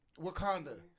Wakanda